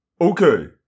Okay